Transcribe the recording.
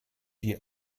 die